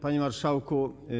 Panie Marszałku!